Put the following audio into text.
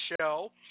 show